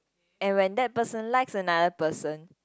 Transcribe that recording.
and when that person likes another person